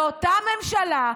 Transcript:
באותה ממשלה,